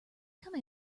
come